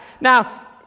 Now